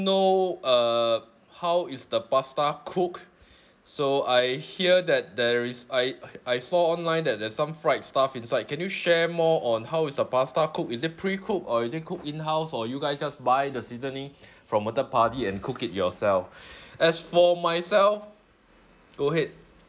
know uh how is the pasta cooked so I hear that there is I I saw online that there's some fried stuff inside can you share more on how is the pasta cooked is it precooked or is it cooked in-house or you guys just buy the seasoning from a third party and cook it yourself as for myself go ahead